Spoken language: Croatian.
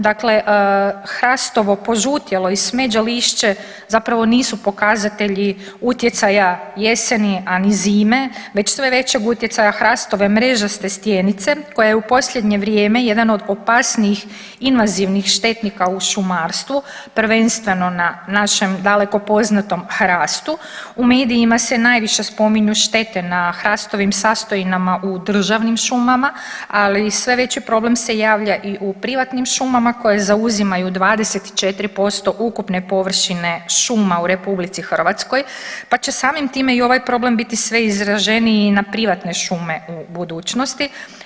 Dakle, hrastovo požutjelo i smeđe lišće zapravo nisu pokazatelji utjecaja jeseni, a ni zime već sve većeg utjecaja hrastove mrežaste stjenice koja je u posljednje vrijeme jedan od opasnijih invazivnih štetnika u šumarstvu prvenstveno na našem daleko poznatom hrastu u medijima se najviše spominju štete na hrastovim sastojinama u državnim šumama, ali sve veći problem se javlja i u privatnim šumama koje zauzimaju 24% ukupne površine šuma u RH pa će samim time i ovaj problem biti sve izraženiji na privatne šume u budućnosti.